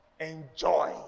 Enjoy